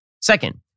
Second